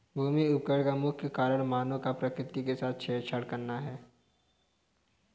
भूमि अवकरण का मुख्य कारण मानव का प्रकृति के साथ छेड़छाड़ करना है